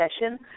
session